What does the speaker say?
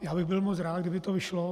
Já bych byl moc rád, kdyby to vyšlo.